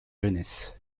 jeunesse